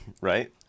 Right